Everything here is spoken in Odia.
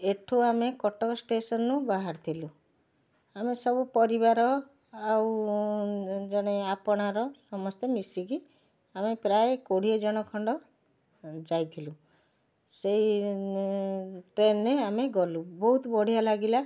ଏଠୁ ଆମେ କଟକ ଷ୍ଟେସନ ରୁ ବାହାରିଥିଲୁ ଆମେ ସବୁ ପରିବାର ଆଉ ଜଣେ ଆପଣାର ସମସ୍ତେ ମିଶିକି ଆମେ ପ୍ରାୟ କୋଡ଼ିଏ ଜଣ ଖଣ୍ଡ ଯାଇଥିଲୁ ସେଇ ଟ୍ରେନ୍ ରେ ଆମେ ଗଲୁ ବହୁତ ବଢ଼ିଆ ଲାଗିଲା